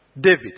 David